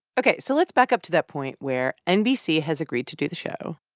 ok, so let's back up to that point where nbc has agreed to do the show.